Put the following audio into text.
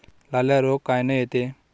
लाल्या रोग कायनं येते?